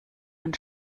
man